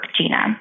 Gina